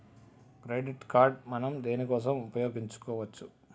Credit card మనం దేనికోసం ఉపయోగించుకోవచ్చు?